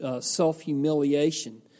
self-humiliation